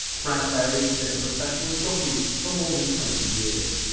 fran berry has been a professional jockey for more than twenty years.